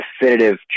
definitive